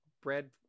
bread